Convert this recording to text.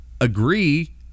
agree